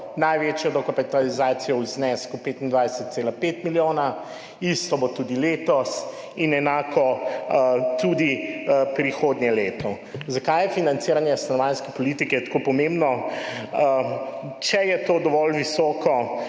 največjo dokapitalizacijo v znesku 25,5 milijona, enako bo tudi letos in prihodnje leto. Zakaj je financiranje stanovanjske politike tako pomembno? Če je to dovolj visoko